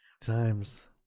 Times